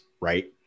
right